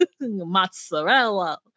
mozzarella